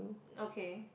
okay